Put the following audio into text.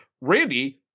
Randy